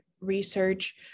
research